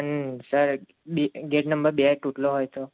હમ sir D gate number બે તૂટેલો હોય તો